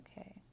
Okay